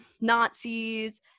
Nazis